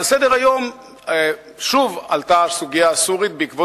על סדר-היום שוב עלתה הסוגיה הסורית בעקבות